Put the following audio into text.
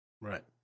Right